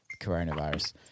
coronavirus